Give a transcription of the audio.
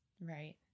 Right